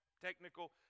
technical